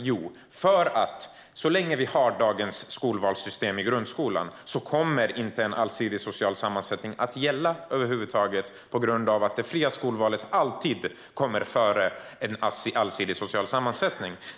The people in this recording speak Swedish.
Jo, för att så länge vi har dagens skolvalssystem i grundskolan kommer en allsidig social sammansättning inte att gälla över huvud taget på grund av att det fria skolvalet alltid kommer före en allsidig social sammansättning.